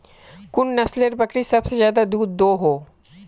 कुन नसलेर बकरी सबसे ज्यादा दूध दो हो?